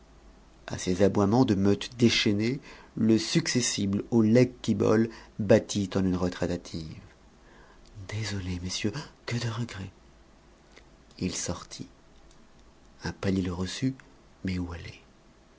à ces aboiements de meute déchaînée le successible au legs quibolle battit en une retraite hâtive désolé messieurs que de regrets il sortit un palier le reçut mais où aller